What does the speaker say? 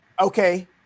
Okay